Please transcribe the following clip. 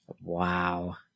Wow